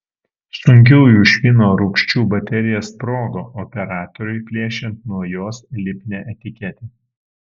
sunkiųjų švino rūgščių baterija sprogo operatoriui plėšiant nuo jos lipnią etiketę